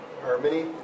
Harmony